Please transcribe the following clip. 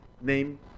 name